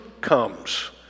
comes